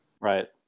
right